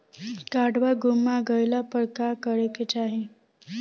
काडवा गुमा गइला पर का करेके चाहीं?